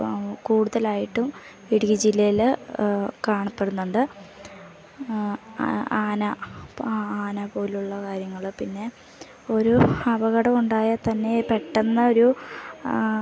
കൂടുതൽ ആയിട്ടും ഇട്ക്കി ജില്ലയിൽ കാണപ്പെടുന്നുണ്ട് ആ ആന ആന പോലെയുള്ള കാര്യങ്ങൾ പിന്നെ ഒരു അപകടം ഉണ്ടായാൽ തന്നെ പെട്ടെന്ന് ഒരു ആ